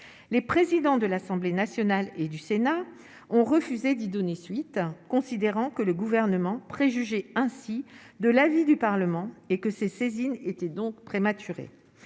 les présidents de l'Assemblée nationale et du Sénat ont refusé d'y donner suite, considérant que le gouvernement préjugés ainsi de l'avis du Parlement et que ces saisines était donc prématuré